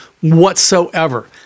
whatsoever